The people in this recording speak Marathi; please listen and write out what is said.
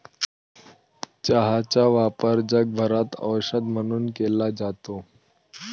चहाचा वापर जगभरात औषध म्हणून केला जातो